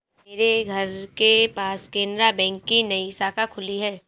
आज ही मेरे घर के पास केनरा बैंक की नई शाखा खुली है